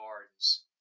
gardens